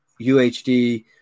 UHD